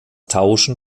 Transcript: tauschen